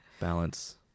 balance